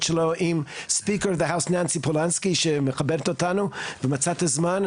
שלו עם speaker of the house ננסי פולנסקי שמכבדת אותנו ומצאת זמן.